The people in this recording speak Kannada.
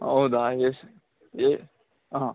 ಹೌದಾ ಎಷ್ಟ್ ಎ ಹಾಂ